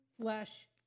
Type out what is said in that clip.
flesh